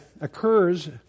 occurs